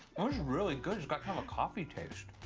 oh, it's really good. it's got kind of a coffee taste.